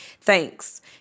thanks